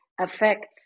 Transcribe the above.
affects